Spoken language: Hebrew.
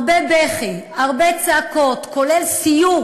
הרבה בכי, הרבה צעקות, כולל סיור